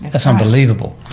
that's unbelievable.